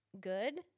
good